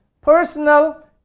personal